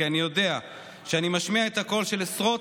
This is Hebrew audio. כי אני יודע שאני משמיע את הקול של עשרות